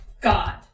god